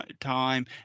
time